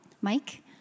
Mike